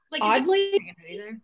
oddly